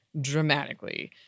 dramatically